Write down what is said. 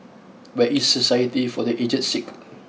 where is Society for the Aged Sick